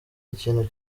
ikintu